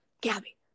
Gabby